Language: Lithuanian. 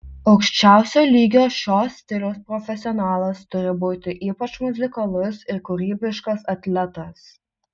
aukščiausio lygio šio stiliaus profesionalas turi būti ypač muzikalus ir kūrybiškas atletas